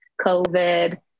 COVID